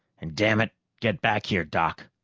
and damn it, get back here, doc.